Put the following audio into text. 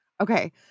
Okay